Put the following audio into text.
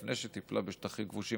לפני שטיפלה בשטחים כבושים,